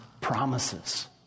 promises